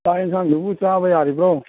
ꯆꯥꯛ ꯌꯦꯟꯁꯥꯡꯗꯨꯕꯨ ꯆꯥꯕ ꯌꯥꯔꯤꯕ꯭ꯔꯣ